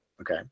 Okay